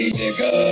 nigga